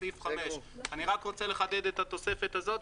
סעיף 5. אני רק רוצה לחדד את התוספת הזאת,